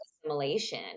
assimilation